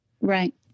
right